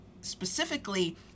specifically